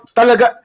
talaga